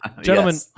Gentlemen